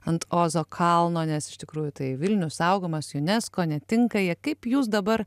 ant ozo kalno nes iš tikrųjų tai vilnius saugomas unesco netinka jie kaip jūs dabar